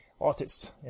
artist